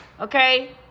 okay